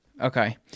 Okay